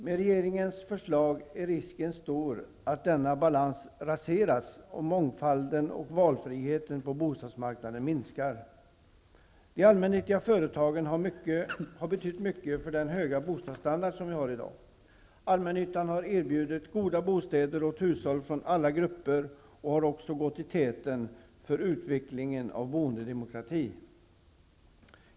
Med regeringens förslag är risken stor att denna balans raseras och mångfalden och valfriheten på bostadsmarknaden minskar. De allmännyttiga företagen har betytt mycket för den höga bostadsstandard som vi har i dag. Allmännyttan har erbjudit goda bostäder åt hushåll från alla grupper och har också gått i täten för utvecklingen av boendedemokratin.